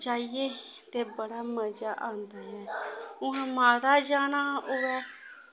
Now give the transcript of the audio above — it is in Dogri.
जाइयै ते बड़ा मजा औंदा ऐ कुदै माता जाना होऐ